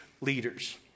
leaders